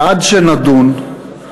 ועד שנדון,